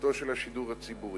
חשיבותו של השידור הציבורי.